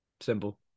Simple